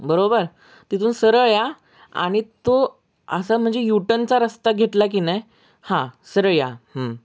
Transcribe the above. बरोबर तिथून सरळ या आणि तो असा म्हणजे यु टनचा रस्ता घेतला की नाही हां सरळ या